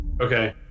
Okay